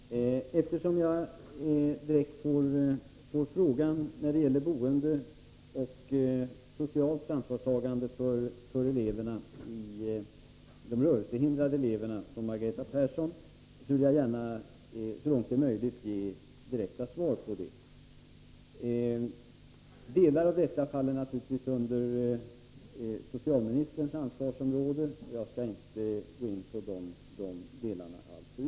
Herr talman! Eftersom jag direkt får frågan av Margareta Persson när det gäller boende och socialt ansvarstagande för de rörelsehindrade eleverna, vill jag gärna så långt det är möjligt ge ett direkt svar. Delar av detta faller naturligtvis under socialministerns ansvarsområde, och jag kan inte gå in på dessa delar alltför djupt.